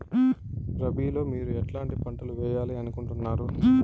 రబిలో మీరు ఎట్లాంటి పంటలు వేయాలి అనుకుంటున్నారు?